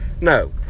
No